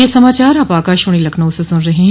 ब्रे क यह समाचार आप आकाशवाणी लखनऊ से सून रहे हैं